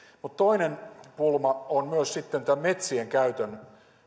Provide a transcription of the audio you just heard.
mutta toinen pulma on sitten tämän metsien käytön